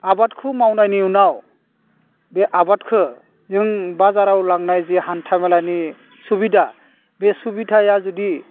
आबादखौ मावनायनि उनाव बे आबादखौ जों बाजाराव लांनाय जे हान्था मेलानि सुबिदा बे सुबिदाया जुदि